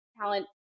talent